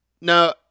now